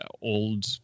old